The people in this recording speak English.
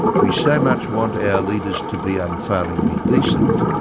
we so much want our leaders to be unfailingly decent,